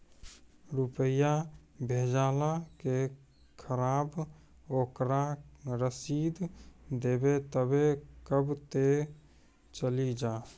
रुपिया भेजाला के खराब ओकरा रसीद देबे तबे कब ते चली जा?